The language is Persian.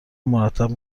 مرتب